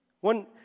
One